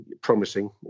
promising